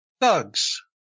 Thugs